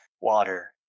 water